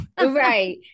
Right